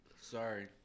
Sorry